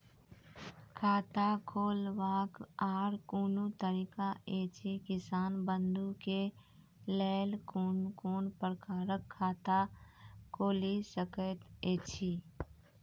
खाता खोलवाक आर कूनू तरीका ऐछि, किसान बंधु के लेल कून कून प्रकारक खाता खूलि सकैत ऐछि?